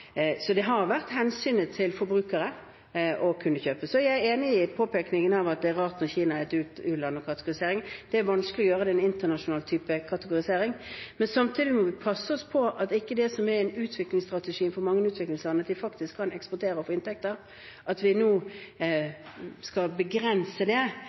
Så det har vært av hensyn til forbrukerne og til å kunne kjøpe. Jeg er enig i påpekningen av at det er rart når Kina er et u-land i kategoriseringen. Det er det vanskelig å omgjøre, det er en internasjonal type kategorisering. Samtidig må vi passe oss for at ikke det som er en utviklingsstrategi for mange utviklingsland – at de faktisk kan eksportere og få inntekter – er noe vi nå